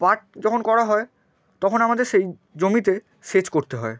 পাট যখন করা হয় তখন আমাদের সেই জমিতে সেচ করতে হয়